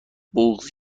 بغضی